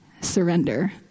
surrender